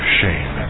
shame